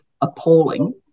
appalling